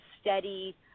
steady